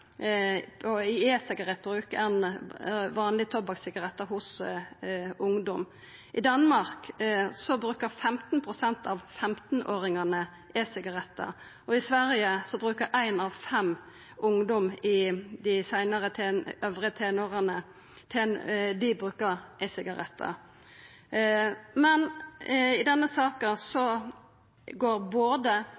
høgare i e-sigarettbruk enn vanleg tobakk og sigarettar blant ungdom. I Danmark bruker 15 pst. av 15-åringane e-sigarettar, og i Sverige bruker ein av fem ungdommar i dei øvre tenåra e-sigarettar. I denne saka